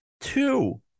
Two